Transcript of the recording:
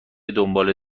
دنباله